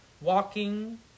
Walking